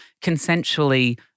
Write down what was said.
consensually